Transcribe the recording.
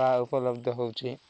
ବା ଉପଲବ୍ଧ ହେଉଛି